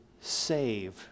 save